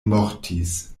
mortis